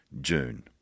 June